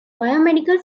biomedical